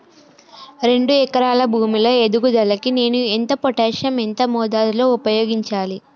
రెండు ఎకరాల భూమి లో ఎదుగుదలకి నేను పొటాషియం ఎంత మోతాదు లో ఉపయోగించాలి?